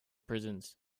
prisons